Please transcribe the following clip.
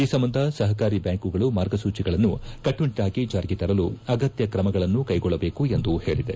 ಈ ಸಂಬಂಧ ಸಹಕಾರಿ ಬ್ಲಾಂಕುಗಳು ಮಾರ್ಗಸೂಚಿಗಳನ್ನು ಕಟ್ಟುನಿಟ್ಟಾಗಿ ಜಾರಿಗೆ ತರಲು ಅಗತ್ತ್ವ ಕ್ರಮಗಳನ್ನು ಕೈಗೊಳ್ಳಬೇಕು ಎಂದು ಹೇಳದೆ